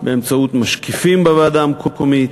באמצעות משקיפים בוועדה המקומית,